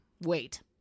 wait